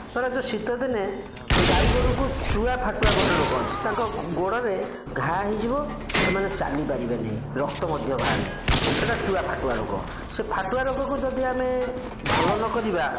ଧରାଯାଉ ଶୀତଦିନେ ଗାଈ ଗୋରୁଙ୍କୁ ଚୁଆ ଫାଟୁଆ ଗୋଟିଏ ରୋଗ ଅଛି ତାଙ୍କ ଗୋ ଗୋଡ଼ରେ ଘା ହୋଇଯିବ ସେମାନେ ଚାଲି ପାରିବେନି ରକ୍ତ ମଧ୍ୟ ବାହାରେ ସେଇଟା ଚୁଆ ଫାଟୁଆ ରୋଗ ସେ ଫାଟୁଆ ରୋଗକୁ ଯଦି ଆମେ ଭଲ ନ କରିବା